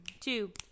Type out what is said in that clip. two